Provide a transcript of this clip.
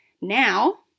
now